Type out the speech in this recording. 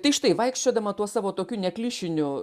tai štai vaikščiodama tuo savo tokiu neklišiniu